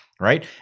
right